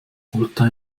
oldtimer